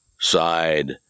side